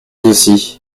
aussi